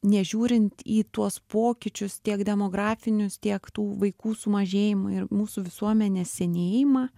nežiūrint į tuos pokyčius tiek demografinius tiek tų vaikų sumažėjimo ir mūsų visuomenės senėjimą